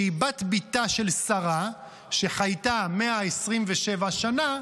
שהיא בת ביתה של שרה שחייתה 127 שנה,